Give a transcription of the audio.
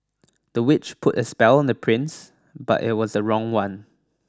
the witch put a spell on the prince but it was the wrong one